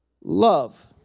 love